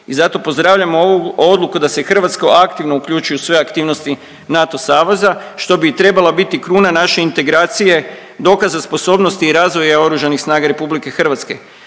i zato pozdravljamo ovu odluku da se i Hrvatska aktivno uključi u sve aktivnosti NATO saveza što bi i trebala biti kruna naše integracije, dokaza sposobnosti i razvoja oružanih snaga RH.